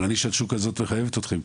אבל נישת השוק הזאת מחייבת אותכם,